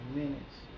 minutes